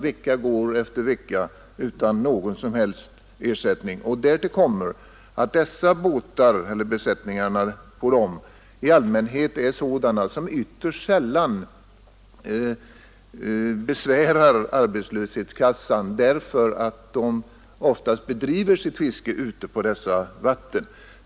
Vecka går efter vecka utan någon som helst ersättning. Därtill kommer att besättningarna på dessa båtar ytterst sällan besvärar arbetslöshetskassan därför att de oftast bedriver sitt fiske ute på dessa vatten.